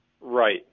Right